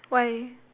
why